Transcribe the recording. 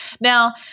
Now